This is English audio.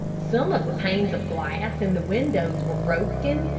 some of the panes of glass in the windows were broken,